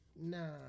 Nah